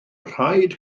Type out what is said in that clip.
rhaid